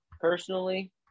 personally